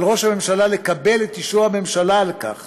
על ראש הממשלה לקבל את אישור הממשלה לכך